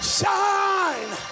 shine